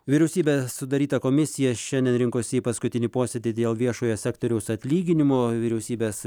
vyriausybės sudaryta komisija šiandien rinkosi į paskutinį posėdį dėl viešojo sektoriaus atlyginimo vyriausybės